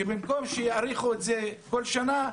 כך שבמקום שיאריכו את זה כל שנה,